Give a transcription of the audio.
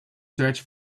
search